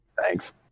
thanks